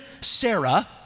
Sarah